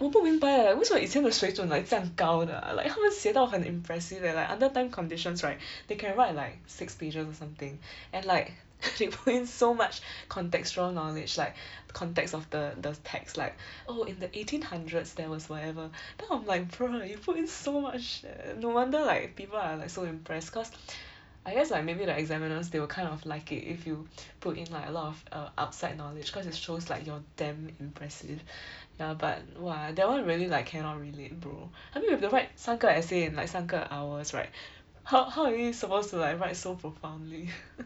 我不明白 eh 为什么以前的水准 like 这样高的啊 like 他们写到很 impressive leh like under time conditions right they can write like six pages or something and like they put in so much contextual knowledge like context of the the text like oh in the eighteen hundreds there was whatever then I'm like bro you put in so much eh eh no wonder like people are like so impressed cause I guess like maybe the examiners they will kind of like it if you put in like a lot of err upside knowledge cause it shows like you're damn impressive ya but !wah! that one really like cannot relate bro I mean you've to write 三个 essay in like 三个 hours right how how are you supposed to like write so profoundly